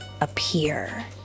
appear